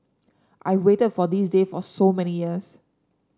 I waited for this day for so many years